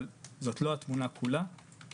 אבל זאת לא התמונה כולה.